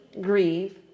grieve